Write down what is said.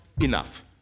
enough